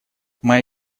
моя